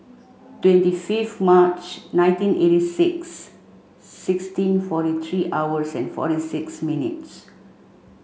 twenty fifth March nineteen eighty six sixteen forty three hours and forty six minutes